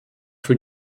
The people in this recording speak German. für